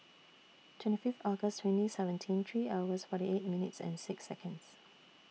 twenty Fifth August twenty seventeen three hours forty eight minutes and six Seconds